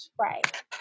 right